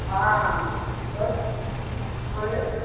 हँ भोरे